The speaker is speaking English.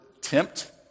tempt